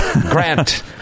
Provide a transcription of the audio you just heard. Grant